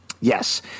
Yes